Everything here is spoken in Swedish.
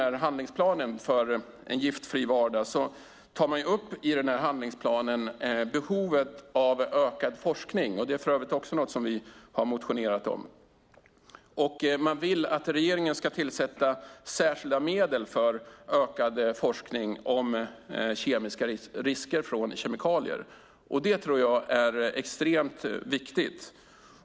I handlingsplanen För en giftfri vardag tar man upp behovet av ökad forskning - det är för övrigt något som vi har motionerat om - och man vill att regeringen ska avsätta särskilda medel för ökad forskning om risker med kemikalier. Det tror jag är extremt viktigt.